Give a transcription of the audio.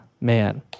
Man